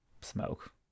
smoke